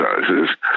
exercises